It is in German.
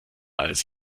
als